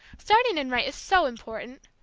starting in right is so important.